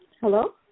Hello